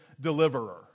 deliverer